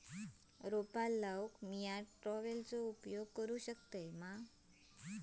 रोपा लाऊक मी ट्रावेलचो उपयोग करू शकतय काय?